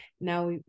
now